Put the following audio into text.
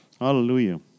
Hallelujah